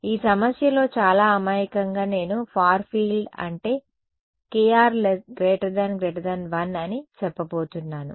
ఈ సమస్యలో చాలా అమాయకంగా నేను ఫార్ ఫీల్డ్ అంటే kr 1 అని చెప్పబోతున్నాను